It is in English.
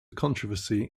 controversy